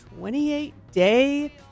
28-Day